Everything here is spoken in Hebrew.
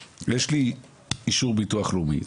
יש לי אישור ביטוח לאומי,